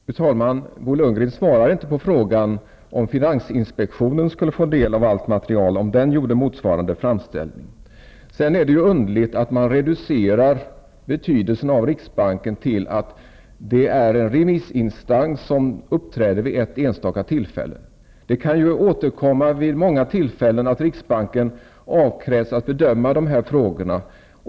Fru talman! Bo Lundgren svarar inte på frågan om finansinspektionen skulle få del av allt material om den gjorde motsvarande framställning. Det är un derligt att man reducerar betydelsen av riksbanken till att riksbanken bara är en remissinstans som uppträder vid ett enstaka tillfälle. Vid många tillfäl len kan riksbanken ju avkrävas att bedöma sådana här frågor.